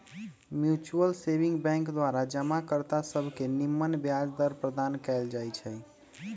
mutual saving bank द्वारा जमा कर्ता सभके निम्मन ब्याज दर प्रदान कएल जाइ छइ